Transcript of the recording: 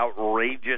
outrageous